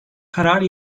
karar